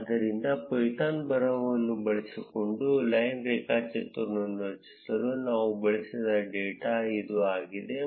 ಆದ್ದರಿಂದ ಪೈಥಾನ್ನ ಬರಹವನ್ನು ಬಳಸಿಕೊಂಡು ಲೈನ್ ರೇಖಾಚಿತ್ರ ರಚಿಸಲು ನಾವು ಬಳಸಿದ ಡೇಟಾ ಇದು ಆಗಿದೆ